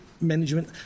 management